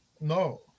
No